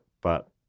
but-